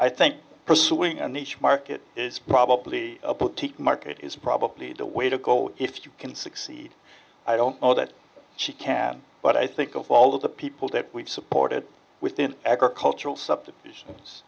i think pursuing a niche market is probably a boutique market is probably the way to go if you can succeed i don't know that she can but i think of all of the people that we've supported with in agricultural subdivisions